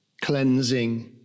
cleansing